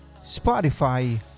Spotify